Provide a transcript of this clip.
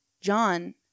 John